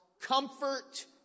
Comfort